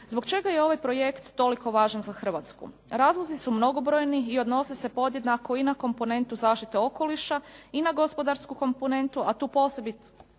Zbog čega je ovaj projekt toliko važan za Hrvatsku? Razlozi su mnogobrojni i odnose se podjednako i na komponentu zaštite okoliša i na gospodarsku komponentu a tu posebice